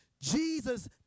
Jesus